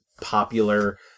popular